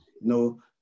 No